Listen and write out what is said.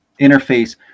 interface